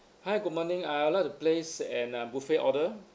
hi good morning I would like to place an uh buffet order